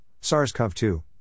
SARS-CoV-2